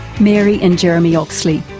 mary and jeremy oxley.